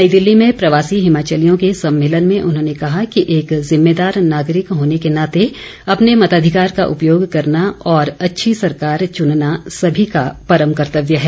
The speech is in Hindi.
नई दिल्ली में प्रवासी हिमाचलियों के सम्मेलन में उन्होंने कहा कि एक ज़िम्मेदार नागरिक होने के नाते अपने मताधिकार का उपयोग करना और अच्छी सरकार चुनना सभी का परम कर्तव्य है